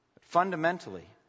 Fundamentally